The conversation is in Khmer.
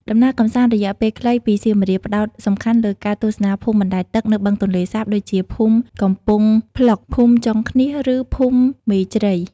ដំណើរកម្សាន្តរយៈពេលខ្លីពីសៀមរាប ផ្តោតសំខាន់លើការទស្សនាភូមិបណ្តែតទឹកនៅបឹងទន្លេសាប ដូចជាភូមិកំពង់ផ្លុក ភូមិចុងឃ្នៀស ឬភូមិមេជ្រៃ។